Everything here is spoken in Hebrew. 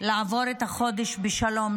לעבור את החודש בשלום.